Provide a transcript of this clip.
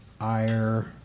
ire